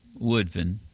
Woodfin